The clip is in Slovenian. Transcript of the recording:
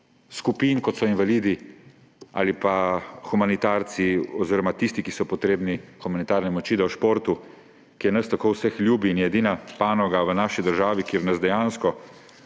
skupin, kot so invalidi ali pa humanitarci oziroma tisti, ki so potrebni humanitarne pomoči, da športu, ki je nam vsem tako ljub in je edina panoga v naši državi, ki nas dejansko